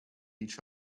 each